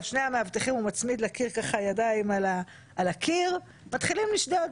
את שני המאבטחים הוא מצמיד לקיר ומתחילים לשדוד,